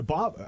Bob